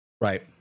Right